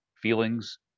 Feelings